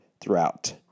throughout